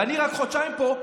ואני רק חודשיים פה,